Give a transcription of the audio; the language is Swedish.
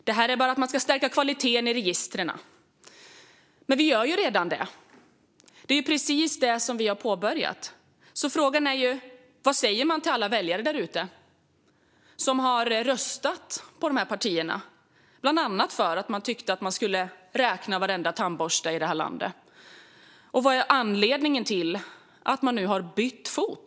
Kvaliteten i registren ska stärkas. Men vi gör redan detta, och det har precis har påbörjats. Vad säger man till alla väljare som har röstat på dessa partier, bland annat för att man tycker att varenda tandborste i landet ska räknas? Vad är anledningen till att man nu har bytt fot?